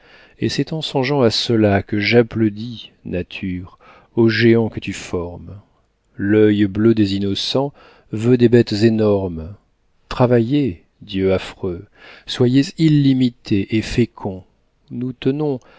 et c'est en songeant à cela que j'applaudis nature aux géants que tu formes l'œil bleu des innocents veut des bêtes énormes travaillez dieux affreux soyez illimités et féconds nous tenons